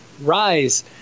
rise